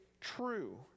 true